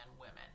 women